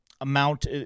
amount